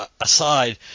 aside